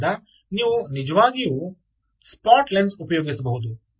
ಆದ್ದರಿಂದ ನೀವು ನಿಜವಾಗಿಯೂ ಸ್ಪಾಟ್ ಲೆನ್ಸ್ ಉಪಯೋಗಿಸಬಹುದು